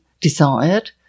desired